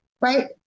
right